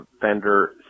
Fender